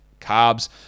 carbs